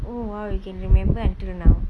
oh !wow! you can remember until now